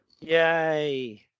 Yay